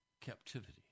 captivity